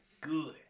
good